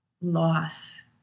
loss